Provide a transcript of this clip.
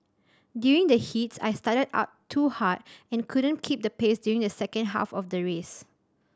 during the heats I started out too hard and couldn't keep the pace during the second half of the race